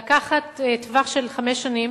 היתה לקחת טווח של חמש שנים